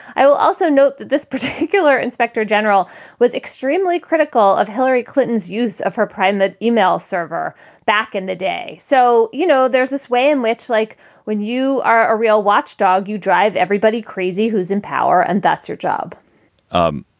i will also note that this particular inspector general was extremely critical of hillary clinton's use of her private email server back in the day. so, you know, there's this way in which, like when you are a real watchdog, you drive everybody crazy who is in power and that's your job um